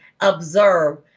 observe